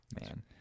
man